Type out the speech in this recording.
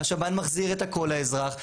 השב"ן מחזיר הכל לאזרח.